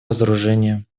разоружения